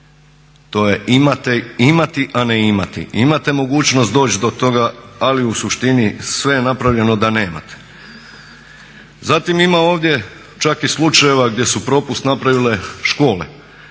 To je imati, a ne imati. Imate mogućnost doći do toga ali u suštini sve je napravljeno da nemate. Zatim ima ovdje čak i slučajeva gdje su propust napravile škole